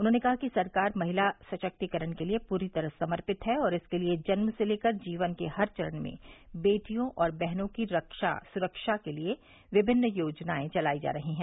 उन्होंने कहा कि सरकार महिला सशक्तिकरण के लिये पूरी तरह समर्पित है और इसके लिये जन्म से लेकर जीवन के हर चरण में बेटियों और बहनों की रक्षा सुरक्षा के लिये विभिन्न योजनाए चलाई जा रही है